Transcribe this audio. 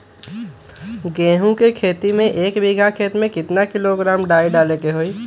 गेहूं के खेती में एक बीघा खेत में केतना किलोग्राम डाई डाले के होई?